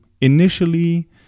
initially